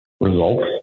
results